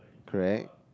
correct